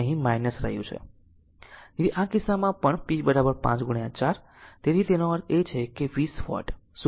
તેથી આ કિસ્સામાં પણ p 5 4 તેથી તેનો અર્થ છે કે 20 વોટ શું કહે છે